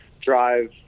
drive